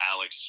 Alex